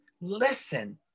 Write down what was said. listen